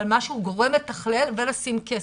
אבל משהו , גורם מתחלל ולשים כסף.